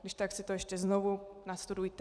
Když tak si to ještě znovu nastudujte.